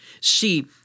See